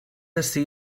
ací